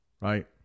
right